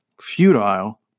futile